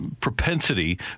propensity